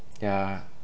yeah